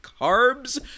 carbs